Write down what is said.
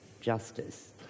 justice